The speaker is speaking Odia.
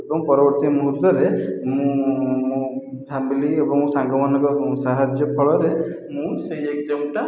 ଏବଂ ପରବର୍ତ୍ତୀ ମୂହୁର୍ତ୍ତରେ ମୁଁ ଭାବିଲି ଏବଂ ସାଙ୍ଗମାନଙ୍କ ସାହାଯ୍ୟ ଫଳରେ ମୁଁ ସେହି ଏକଜାମଟା